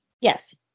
Yes